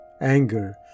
anger